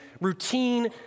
routine